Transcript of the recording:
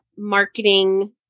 marketing